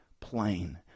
plain